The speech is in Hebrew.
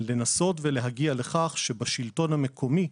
זה לנסות ולהגיע לכך שבשלטון המקומי,